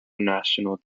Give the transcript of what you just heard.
national